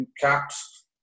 caps